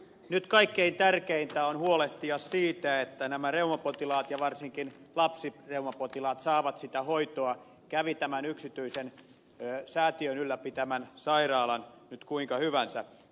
nyt kaikkein tärkeintä on huolehtia siitä että nämä reumapotilaat ja varsinkin lapsireumapotilaat saavat sitä hoitoa kävi tämän yksityisen säätiön ylläpitämän sairaalan nyt kuinka hyvänsä